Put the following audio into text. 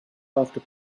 after